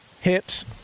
Hips